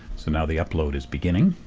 so now the upload is beginning.